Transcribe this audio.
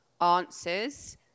answers